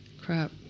Crap